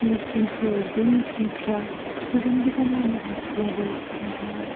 मेशिनफोर बे मेशिनफ्रा गोजान गोजान लामा हान्थिब्लाबो दुंआ